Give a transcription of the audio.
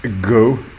Go